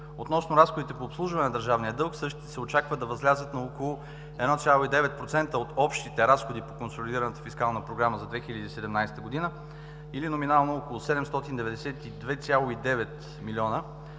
Относно разходите по обслужване на държавния дълг, същите се очаква да възлязат на около 1,9% от общите разходи по Консолидираната фискална програма за 2017 г. или номинално около 792,9 млн.